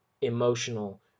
emotional